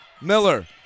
Miller